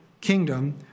kingdom